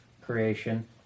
creation